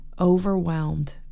overwhelmed